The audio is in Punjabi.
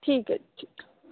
ਠੀਕ ਹੈ ਜੀ